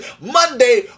Monday